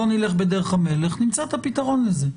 לא נלך בדרך המלך נמצא את הפתרון לזה.